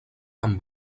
amb